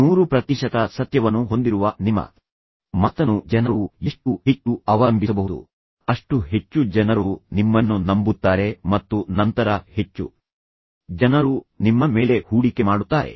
100 ಪ್ರತಿಶತ ಸತ್ಯವನ್ನು ಹೊಂದಿರುವ ನಿಮ್ಮ ಮಾತನ್ನು ಜನರು ಎಷ್ಟು ಹೆಚ್ಚು ಅವಲಂಬಿಸಬಹುದು ಅಷ್ಟು ಹೆಚ್ಚು ಜನರು ನಿಮ್ಮನ್ನು ನಂಬುತ್ತಾರೆ ಮತ್ತು ನಂತರ ಹೆಚ್ಚು ಜನರು ನಿಮ್ಮ ಮೇಲೆ ಹೂಡಿಕೆ ಮಾಡುತ್ತಾರೆ